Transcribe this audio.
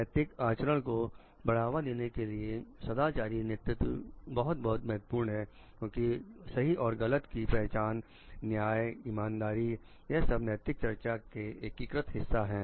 नैतिक आचरण को बढ़ावा देने के लिए सदाचारी नेतृत्व बहुत बहुत महत्वपूर्ण है क्योंकि सही और गलत की है पहचान न्याय इमानदारी यह सब नैतिक चर्चा के एकीकृत हिस्सा है